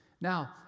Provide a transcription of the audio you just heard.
Now